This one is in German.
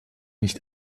nicht